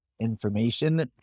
information